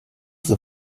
the